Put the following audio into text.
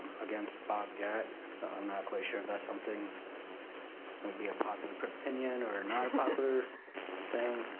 against bob gatt. so i'm not quite sure if that's something that would be a popular opinion or not popular thing.